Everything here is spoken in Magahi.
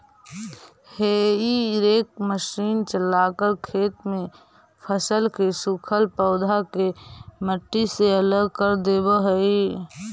हेई रेक मशीन चलाकर खेत में फसल के सूखल पौधा के मट्टी से अलग कर देवऽ हई